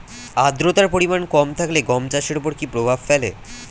আদ্রতার পরিমাণ কম থাকলে গম চাষের ওপর কী প্রভাব ফেলে?